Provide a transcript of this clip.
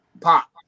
pop